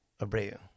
Abreu